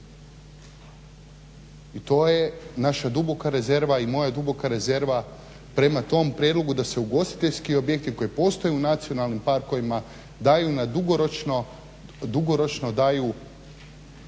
I to je naša duboka rezerva, i moja duboka rezerva, prema tom prijedlogu da se ugostiteljski objekti koji postoje u nacionalnim parkovima daju dugoročno bilo kome. Ja